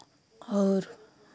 और